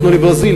הלכנו לברזיל,